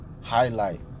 highlight